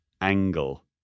angle